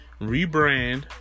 Rebrand